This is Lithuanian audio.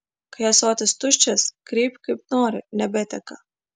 kai ąsotis tuščias kreipk kaip nori nebeteka